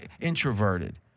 introverted